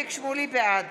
בעד